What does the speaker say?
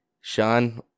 sean